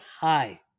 high